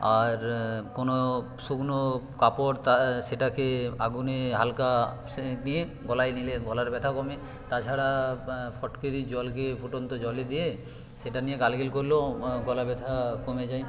আর কোন শুকনো কাপড় সেটাকে আগুনে হালকা সেঁক দিয়ে গলায় দিলে গলার ব্যথা কমে তাছাড়া ফটকিরি জলকে ফুটন্ত জলে দিয়ে সেটা নিয়ে গার্গল করলেও গলা ব্যথা কমে যায়